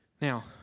Now